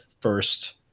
first